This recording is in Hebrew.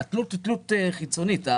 זאת תלות חיצונית.